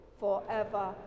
forever